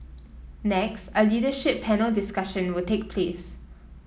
next a leadership panel discussion will take place